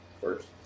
first